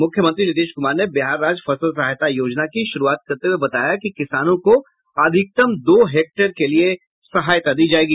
मुख्यमंत्री नीतीश कुमार ने बिहार राज्य फसल सहायता योजना की शुरूआत करते हुये बताया कि किसानों को अधिकतम दो हेक्टेयर के लिये सहायता दी जायेगी